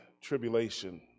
tribulation